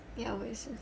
ya 我也是